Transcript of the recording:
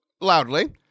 loudly